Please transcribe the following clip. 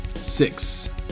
Six